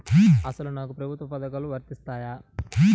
అసలు నాకు ప్రభుత్వ పథకాలు వర్తిస్తాయా?